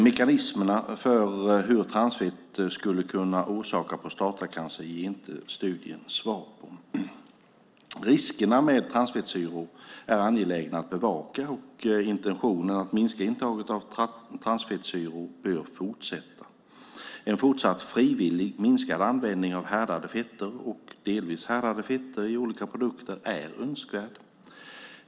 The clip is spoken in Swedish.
Mekanismerna för hur transfett skulle kunna orsaka prostatacancer ger inte studien svar på. Riskerna med transfettsyror är angelägna att bevaka, och intentionen att minska intaget av transfettsyror bör fortsätta. En fortsatt frivillig minskad användning av härdade fetter och delvis härdade fetter i olika produkter är önskvärd.